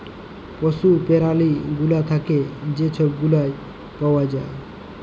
পশু প্যারালি গুলা থ্যাকে যে ছব ফাইবার পাউয়া যায়